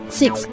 six